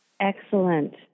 Excellent